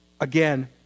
again